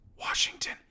Washington